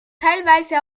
teilweise